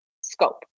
scope